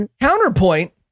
counterpoint